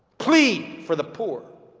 plead for the poor.